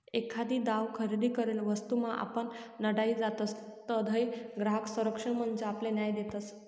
एखादी दाव खरेदी करेल वस्तूमा आपण नाडाई जातसं तधय ग्राहक संरक्षण मंच आपले न्याय देस